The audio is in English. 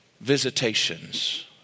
visitations